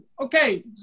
Okay